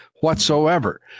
whatsoever